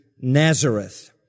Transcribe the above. Nazareth